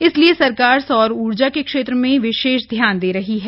इसलिए सरकार सौर ऊर्जा के क्षेत्र में विशेष ध्यान दे रही है